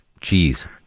Cheese